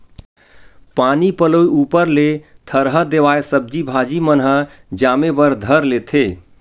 पानी पलोय ऊपर ले थरहा देवाय सब्जी भाजी मन ह जामे बर धर लेथे